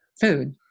food